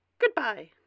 Goodbye